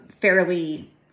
fairly